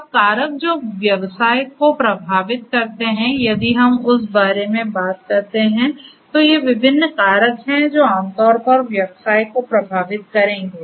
अब कारक जो व्यवसाय को प्रभावित करते हैं यदि हम उस बारे में बात करते हैं तो ये विभिन्न कारक हैं जो आमतौर पर व्यवसाय को प्रभावित करेंगे